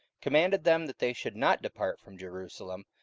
commanded them that they should not depart from jerusalem,